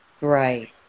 right